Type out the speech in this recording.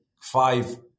five